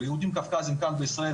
יהודי קווקז כאן בישראל,